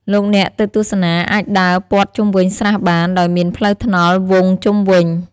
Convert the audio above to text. លោកអ្នកទៅទស្សនាអាចដើរព័ទ្ធជុំវិញស្រះបាន ដោយមានផ្លូវថ្នល់វង់ជុំវិញ។